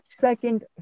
second